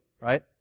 right